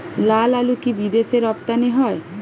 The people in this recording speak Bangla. লালআলু কি বিদেশে রপ্তানি হয়?